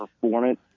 performance